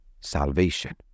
salvation